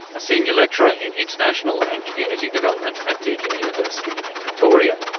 a senior lecturer in international and community development at deakin university in victoria.